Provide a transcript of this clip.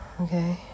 Okay